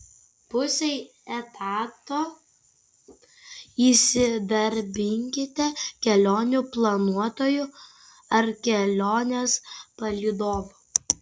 pusei etato įsidarbinkite kelionių planuotoju ar kelionės palydovu